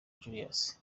julius